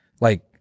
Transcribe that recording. like-